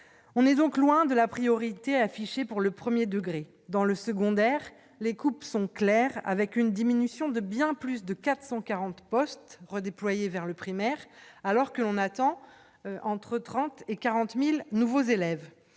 on est donc loin de la priorité affichée pour le 1er degré dans le secondaire, les coupes sont clairs, avec une diminution de bien plus de 440 postes redéployés vers le primaire, alors que l'on attend entre 30 et 40000 nouveaux élèves,